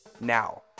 Now